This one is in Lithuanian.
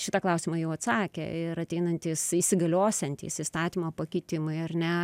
šitą klausimą jau atsakė ir ateinantys įsigaliosiantys įstatymo pakeitimai ar ne